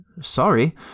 sorry